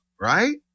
right